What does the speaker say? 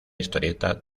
historieta